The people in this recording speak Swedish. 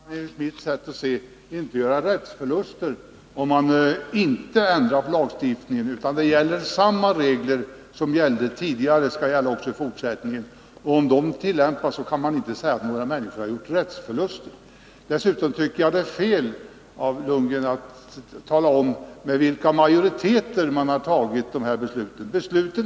Herr talman! Enskilda människor kan enligt mitt sätt att se inte göra rättsförluster om man inte ändrat lagstiftningen, utan samma regler som de, som tidigare gällde, även i fortsättningen skall gälla och blir tillämpade. Dessutom tycker jag att det är fel av Bo Lundgren att hänvisa till med vilka majoriteter de aktuella besluten har fattats.